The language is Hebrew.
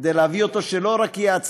כדי להביא אותו שלא יהיה רק,